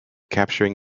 capturing